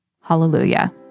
Hallelujah